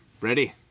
Ready